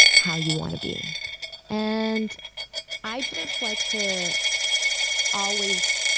how you want to be and i just like to always,